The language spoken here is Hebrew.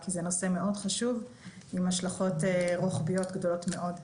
כי זה נושא מאוד חשוב עם השלכות רוחביות גדולות מאוד.